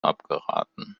abgeraten